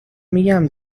میگم